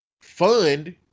fund